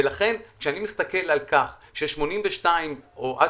ולכן כשאני מסתכל על כך ש-82% או עד